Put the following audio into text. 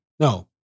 No